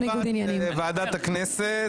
ישיבת ועדת הכנסת.